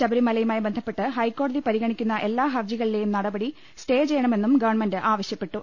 ശബരിമലയുമായി ബന്ധപ്പെട്ട് ഹൈക്കോടതി പരിഗ ണിക്കുന്ന എല്ലാ ഹർജികളിലേയും നടപടി സ്റ്റേ ചെയ്യണമെന്നും ഗവൺമെന്റ് ആവശ്യപ്പെട്ടു